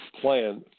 plan